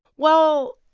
well,